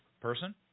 person